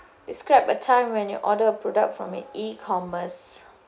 describe a time when you order a product from a E commerce